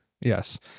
Yes